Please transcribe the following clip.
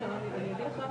יודעים?